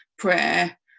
Prayer